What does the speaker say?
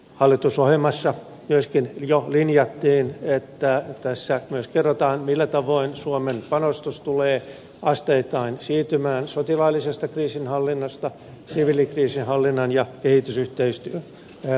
hallitusohjelmassa myöskin jo linjattiin että tässä myös kerrotaan millä tavoin suomen panostus tulee asteittain siirtymään sotilaallisesta kriisinhallinnasta siviilikriisinhallinnan ja kehitysyhteistyön puoleen